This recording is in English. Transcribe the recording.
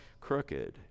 crooked